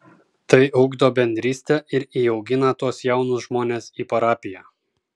tai ugdo bendrystę ir įaugina tuos jaunus žmones į parapiją